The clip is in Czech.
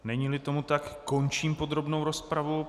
Neníli tomu tak, končím podrobnou rozpravu.